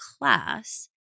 class